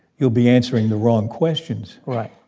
you'll be answering the wrong questions right,